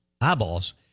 eyeballs